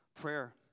Prayer